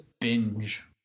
binge